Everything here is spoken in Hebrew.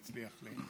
אצל שער אשפות /